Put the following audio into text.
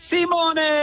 Simone